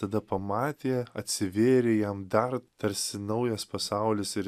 tada pamatė atsivėrė jam dar tarsi naujas pasaulis ir